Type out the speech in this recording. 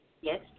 Yes